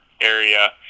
area